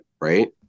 right